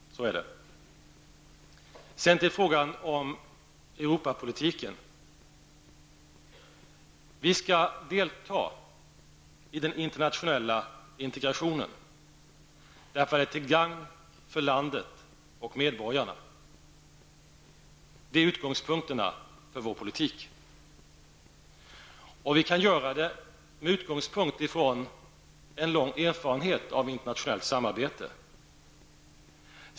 Sedan till frågan om Europapolitiken. Vi skall delta i den internationella integrationen därför att den är till gagn för landet och medborgarna. Det är utgångspunkterna för vår politik. Vi kan göra det med utgångspunkt från en lång erfarenhet av internationellt samarbete.